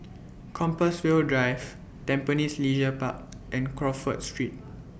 Compassvale Drive Tampines Leisure Park and Crawford Street